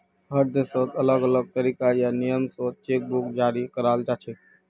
हर देशत अलग अलग तरीका या नियम स चेक बुक जारी कराल जाछेक